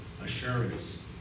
assurance